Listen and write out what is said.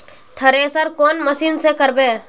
Thresher कौन machine से करबे?